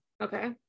Okay